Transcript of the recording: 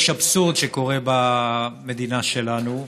יש אבסורד שקורה במדינה שלנו: